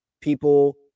people